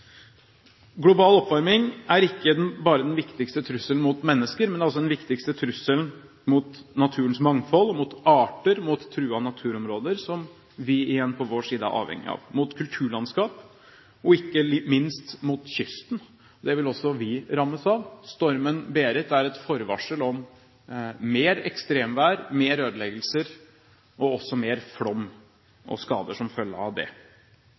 Global oppvarming er ikke bare den viktigste trusselen mot mennesker, men den er også den viktigste trusselen mot naturens mangfold – mot arter, mot truede naturområder, som vi igjen på vår side er avhengig av, mot kulturlandskap og ikke minst mot kysten. Det vil også vi rammes av. Stormen «Berit» er et forvarsel om mer ekstremvær, mer ødeleggelser og også om mer flom og skader som følge av det.